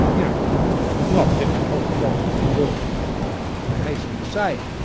you know it's not as if the whole problem of the world, i hasten to say,